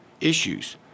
issues